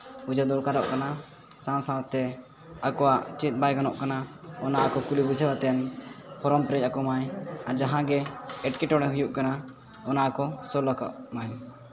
ᱵᱩᱡᱷᱟᱹᱣ ᱫᱚᱨᱠᱟᱨᱚᱜ ᱠᱟᱱᱟ ᱥᱟᱶ ᱥᱟᱶᱛᱮ ᱟᱠᱚᱣᱟᱜ ᱪᱮᱫ ᱵᱟᱭ ᱜᱟᱱᱚᱜ ᱠᱟᱱᱟ ᱚᱱᱟ ᱟᱠᱚ ᱠᱩᱞᱤ ᱵᱩᱡᱷᱟᱹᱣ ᱠᱟᱛᱮᱫ ᱯᱷᱨᱚᱢ ᱯᱮᱨᱮᱡᱽ ᱟᱠᱚᱢᱟᱭ ᱟᱨ ᱡᱟᱦᱟᱸᱜᱮ ᱮᱸᱴᱠᱮᱴᱚᱬᱮ ᱦᱩᱭᱩᱜ ᱠᱟᱱᱟ ᱚᱱᱟ ᱠᱚ ᱥᱚᱞᱦᱮ ᱠᱟᱜ ᱢᱟᱭ